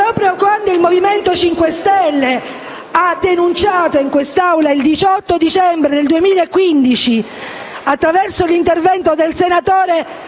proprio il Movimento 5 Stelle ha denunciato, in quest'Aula, il 18 dicembre 2014, attraverso un intervento del senatore